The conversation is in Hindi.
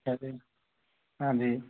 अच्छा जी हाॅं जी